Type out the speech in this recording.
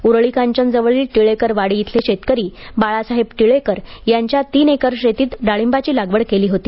उरूळी कांचन जवळील टिळेकर वाडी इथले शेतकरी बाळासाहेब टिळेकर यांच्या तीन एकर शेतीत डाळिंबाची लागवड केली होती